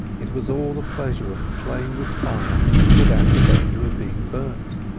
it was all the pleasure of playing with fire without the danger of being burnt.